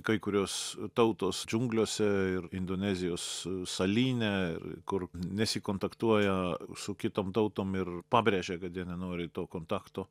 kai kurios tautos džiunglėse ir indonezijos salyne ir kur nesikontaktuoja su kitom tautom ir pabrėžia kad jie nenori to kontakto